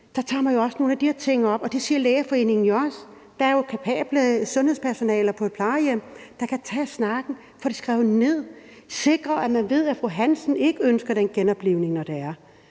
tager man også nogle af de her ting op, og det siger Lægeforeningen jo også. Der er jo kapabelt sundhedspersonale på et plejehjem, der kan tage snakken, få det skrevet ned og sikre, at man ved, at fru Hansen ikke ønsker den genoplivning, når det